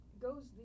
goes